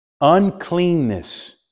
Uncleanness